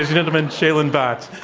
gentlemen, shailen bhatt.